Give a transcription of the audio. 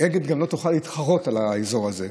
אגד גם לא תוכל להתחרות על האזור הזה,